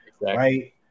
right